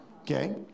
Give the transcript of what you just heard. Okay